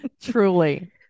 Truly